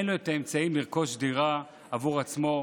אין את האמצעים לרכוש דירה עבור עצמו,